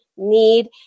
Need